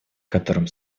которым